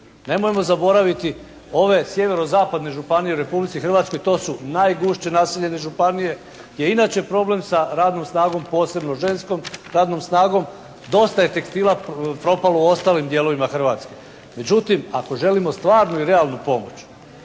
Nemojmo zaboraviti ove sjeverozapadne županije u Republici Hrvatskoj, to su najgušće naseljene županije gdje je inače problem sa radnom snagom posebno ženskom radnom snagom. Dosta je tekstila propalo u ostalim dijelovima Hrvatske. Međutim ako želimo stvarnu i realnu pomoć,